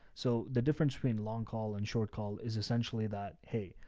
so the difference between long call and short call is essentially that, hey,